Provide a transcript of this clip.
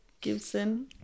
Gibson